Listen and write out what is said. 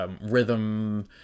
rhythm